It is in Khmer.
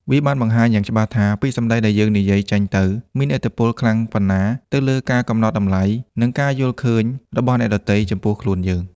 វាបានបង្ហាញយ៉ាងច្បាស់ថា ពាក្យសម្ដីដែលយើងនិយាយចេញទៅ មានឥទ្ធិពលខ្លាំងប៉ុណ្ណាទៅលើការកំណត់តម្លៃ និងការយល់ឃើញរបស់អ្នកដទៃចំពោះខ្លួនយើង។